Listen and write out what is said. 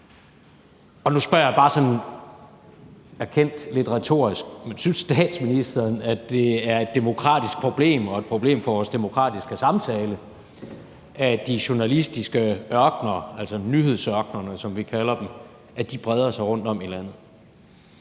Nu spørger jeg bare – erkendt – lidt retorisk: Synes statsministeren, at det er et demokratisk problem og et problem for vores demokratiske samtale, at de journalistiske ørkener, altså nyhedsørkenerne, som vi kalder dem, breder sig rundtom i landet?